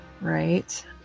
Right